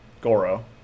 Goro